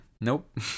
Nope